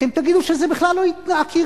אתם תגידו שזה בכלל לא עקירה,